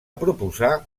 proposar